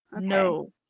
No